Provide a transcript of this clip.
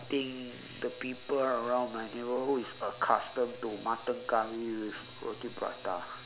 think the people around my neighbourhood is accustomed to mutton curry with roti prata